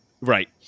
Right